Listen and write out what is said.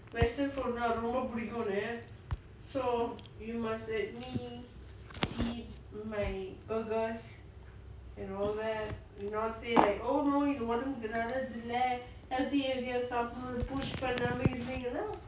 I